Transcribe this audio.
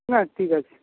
হ্যাঁ ঠিক আছে